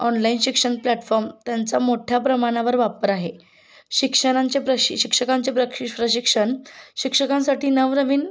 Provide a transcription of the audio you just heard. online शिक्षण platform त्यांचा मोठ्या प्रमाणावर वापर आहे शिक्षणांचे प्रशि शिक्षकांचे प्रक्ष प्रशिक्षण शिक्षकांसाठी नवनवीन